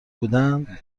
بودند